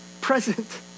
present